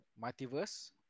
multiverse